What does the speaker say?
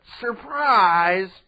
Surprise